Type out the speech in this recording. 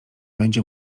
będzie